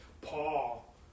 Paul